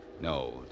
No